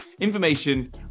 Information